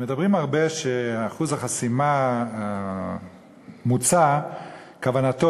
מדברים הרבה שאחוז החסימה המוצע כוונתו